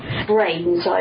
brains